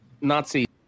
Nazi